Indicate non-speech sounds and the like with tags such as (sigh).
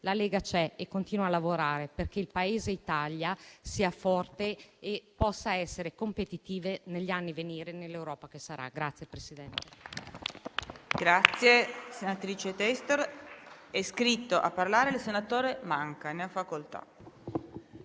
La Lega c'è e continua a lavorare perché il Paese sia forte e possa essere competitivo negli anni a venire nell'Europa che sarà. (applause)